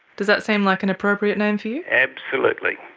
does that seem like an appropriate name to you? absolutely.